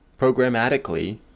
programmatically